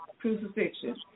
crucifixion